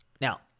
Now